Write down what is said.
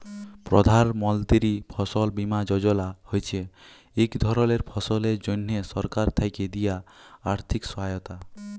প্রধাল মলতিরি ফসল বীমা যজলা হছে ইক ধরলের ফসলের জ্যনহে সরকার থ্যাকে দিয়া আথ্থিক সহায়তা